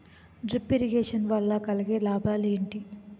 Drip irrigation వల్ల కలిగే లాభాలు ఏంటి?